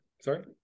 Sorry